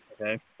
Okay